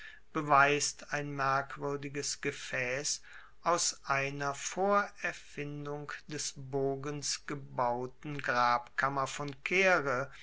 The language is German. beweist ein merkwuerdiges gefaess aus einer vor erfindung des bogens gebauten grabkammer von caere